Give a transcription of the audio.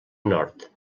nord